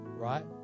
Right